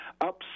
up